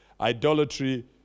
Idolatry